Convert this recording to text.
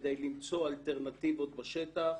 כדי למצוא אלטרנטיבות בשטח,